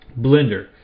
Blender